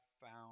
found